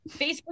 Facebook